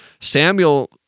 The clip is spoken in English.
Samuel